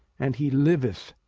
and he liveth.